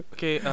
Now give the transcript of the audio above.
Okay